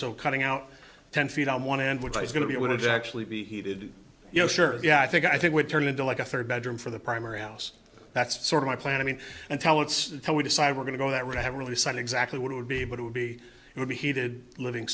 so cutting out ten feet on one end which is going to be able to actually be heated you know sure yeah i think i think would turn into like a third bedroom for the primary house that's sort of my plan i mean and tell it's how we decide we're going to go that route i haven't really said exactly what it would be but it would be it would be heated living